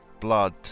blood